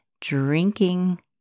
Drinking